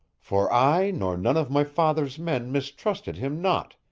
for i nor none of my father's men mistrusted him not,